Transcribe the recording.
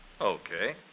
Okay